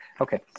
Okay